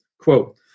Quote